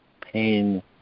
pain